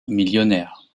millionnaires